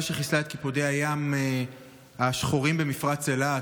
שחיסלה את קיפודי הים השחורים במפרץ אילת,